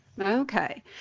Okay